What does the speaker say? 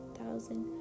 thousand